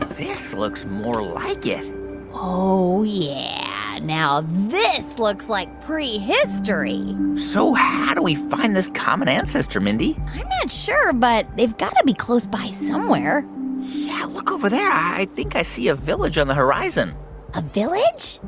this looks more like it oh, yeah. now this looks like prehistory so how do we find this common ancestor, mindy? i'm not sure. but they've got to be close by somewhere yeah, look over there i think i see a village on the horizon a village?